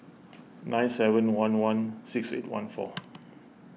nine seven one one six eight one four